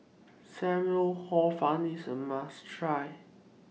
SAM Lau Hor Fun IS A must Try